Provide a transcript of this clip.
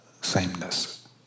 sameness